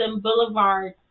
Boulevard